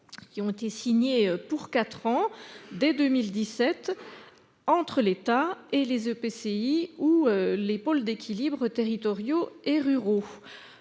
qui ont été signés pour quatre ans, en 2017, entre l'État et les EPCI ou les pôles d'équilibre territoriaux et ruraux